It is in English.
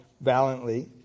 valiantly